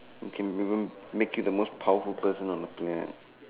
and can be even make you the most powerful person on the planet